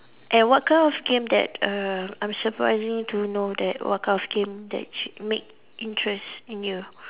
and what kind of game that err I'm surprising to know that what kind of game that should make interest in you